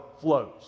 flows